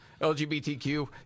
LGBTQ